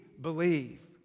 believe